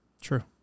True